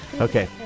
Okay